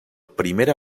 primera